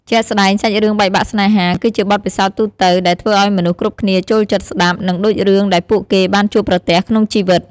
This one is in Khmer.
ជាក់ស្តែងសាច់រឿងបែកបាក់ស្នេហា គឺជាបទពិសោធន៍ទូទៅ ដែលធ្វើអោយមនុស្សគ្រប់គ្នាចូលចិត្តស្ដាប់ និងដូចរឿងដែលពួកគេបានជួបប្រទះក្នុងជីវិត។